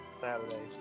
Saturday